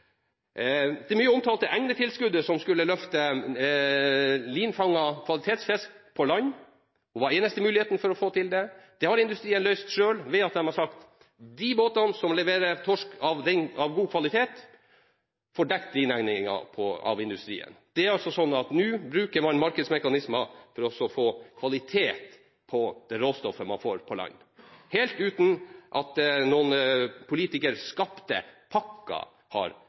gjelder det mye omtalte egnetilskuddet som skulle løfte linefanget kvalitetsfisk på land og var den eneste muligheten for å få til det, har industrien løst dette selv ved at de har sagt at de båtene som leverer torsk av god kvalitet, får dekket lineegningen av industrien. Nå bruker man markedsmekanismer for å få kvalitet på råstoffet man får på land, helt uten at noen politikerskapte pakker har